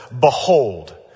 behold